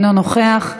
אינו נוכח.